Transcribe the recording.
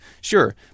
Sure